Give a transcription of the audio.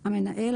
"המנהל",